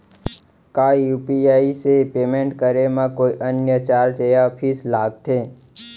का यू.पी.आई से पेमेंट करे म कोई अन्य चार्ज या फीस लागथे?